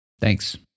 Thanks